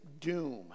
doom